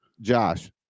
Josh